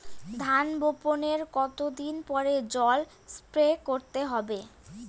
ধান বপনের কতদিন পরে জল স্প্রে করতে হবে?